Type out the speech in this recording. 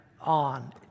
on